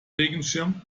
regenschirm